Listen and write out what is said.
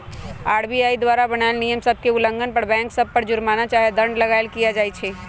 RBI द्वारा बनाएल नियम सभ के उल्लंघन पर बैंक सभ पर जुरमना चाहे दंड लगाएल किया जाइ छइ